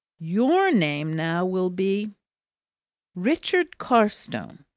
your name now will be richard carstone.